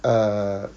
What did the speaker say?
uh